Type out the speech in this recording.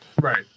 Right